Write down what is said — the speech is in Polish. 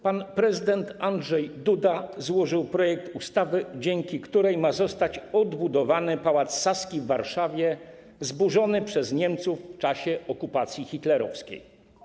Pan prezydent Andrzej Duda złożył projekt ustawy, dzięki której ma zostać odbudowany pałac Saski w Warszawie, zburzony przez Niemców w czasie okupacji hitlerowskiej.